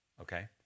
Okay